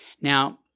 Now